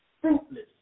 fruitless